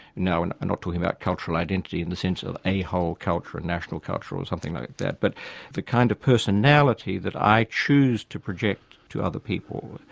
now, we're and not talking about cultural identity in the sense of a whole culture, a national culture or something like that but the kind of personality that i choose to project to other people,